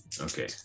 Okay